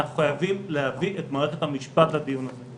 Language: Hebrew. אנחנו חייבים להביא את מערכת המשפט לדיון הזה.